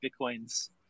Bitcoin's